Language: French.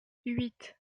huit